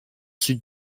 sud